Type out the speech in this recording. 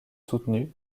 soutenue